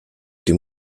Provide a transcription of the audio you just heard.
dem